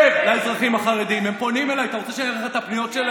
אתה כופה.